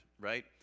right